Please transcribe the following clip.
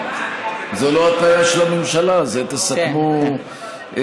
זו לא התניה של הממשלה, את זה תסכמו ביניכם.